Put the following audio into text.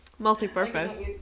Multi-purpose